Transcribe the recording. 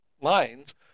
lines